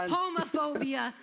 homophobia